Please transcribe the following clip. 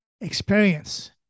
experience